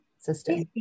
system